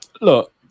look